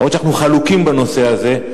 אף-על-פי שאנחנו חלוקים בנושא הזה,